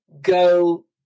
go